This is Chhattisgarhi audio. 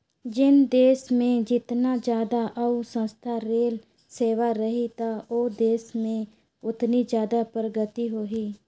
जेन देस मे जेतना जादा अउ सस्ता रेल सेवा रही त ओ देस में ओतनी जादा परगति होही